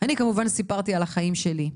אני כמובן סיפרתי על החיים שלי,